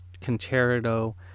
concerto